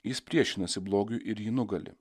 jis priešinasi blogiui ir jį nugali